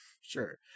Sure